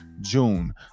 June